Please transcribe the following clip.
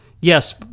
yes